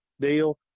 deal